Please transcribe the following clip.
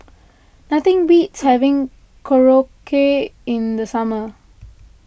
nothing beats having Korokke in the summer